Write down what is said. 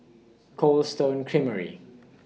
Cold Stone Creamery